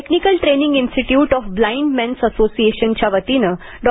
technical training institute of blind men's असोसिएशनच्या वतीने डॉ